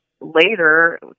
Later